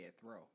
throw